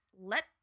let